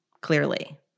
Clearly